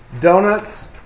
Donuts